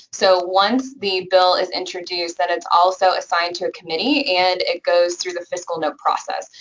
so once the bill is introduced, then it's also assigned to a committee, and it goes through the fiscal note process.